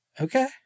Okay